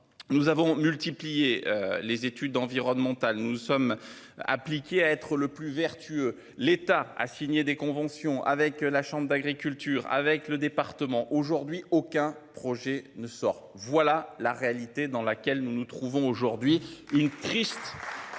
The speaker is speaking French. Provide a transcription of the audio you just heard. Nous avons multiplié les études environnementales, nous sommes appliqué à être le plus vertueux. L'État a signé des conventions avec la chambre d'agriculture avec le département aujourd'hui, aucun projet ne sort. Voilà la réalité dans laquelle nous nous trouvons aujourd'hui